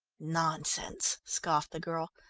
nonsense, scoffed the girl.